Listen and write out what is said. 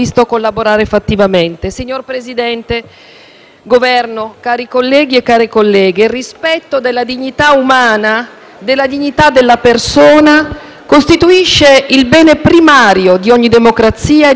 Governo, cari colleghi e care colleghe, il rispetto della dignità umana e della persona costituisce il bene primario di ogni democrazia e di ogni azione politica.